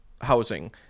housing